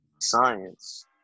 science